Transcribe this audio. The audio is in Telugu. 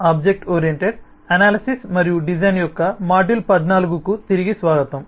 ఆబ్జెక్ట్ ఓరియెంటెడ్ అనాలిసిస్ మరియు డిజైన్ యొక్క మాడ్యూల్ 14 కు తిరిగి స్వాగతం